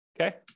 okay